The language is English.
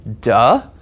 Duh